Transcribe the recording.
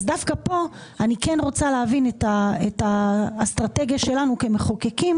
אז דווקא פה אני כן רוצה להבין את האסטרטגיה שלנו כמחוקקים,